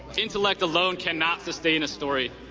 intellect alone cannot sustain a story.